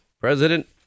President